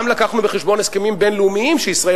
לקחנו גם בחשבון הסכמים בין-לאומיים שישראל